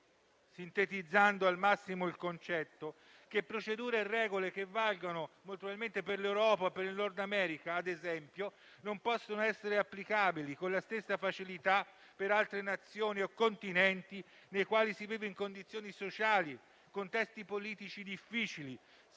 Sintetizzando al massimo il concetto, voglio dire che procedure e regole che valgono molto probabilmente per l'Europa o per il Nord America, ad esempio, non possono essere applicate con la stessa facilità per altre Nazioni o continenti nei quali si vive in condizioni sociali e contesti politici difficili,